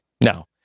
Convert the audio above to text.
No